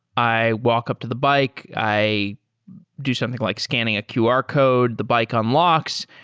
i walk up to the bike. i do something like scanning a qr code. the bike unlocks,